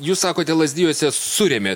jūs sakote lazdijuose surėmėt